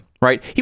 right